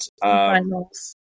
finals